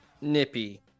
nippy